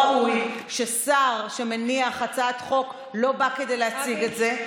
אני חושבת שזה לא ראוי ששר שמניח הצעת חוק לא בא כדי להציג את זה,